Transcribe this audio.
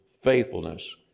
faithfulness